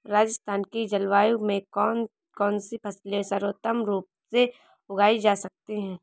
राजस्थान की जलवायु में कौन कौनसी फसलें सर्वोत्तम रूप से उगाई जा सकती हैं?